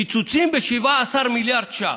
קיצוצים ב-17 מיליארד ש"ח.